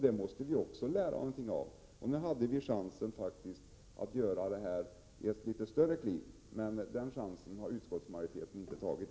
Det måste vi lära någonting av, och nu hade vi chansen att göra ett litet större kliv, men den chansen har utskottsmajoriteten inte tagit.